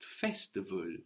festival